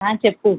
చెప్పు